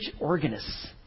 organists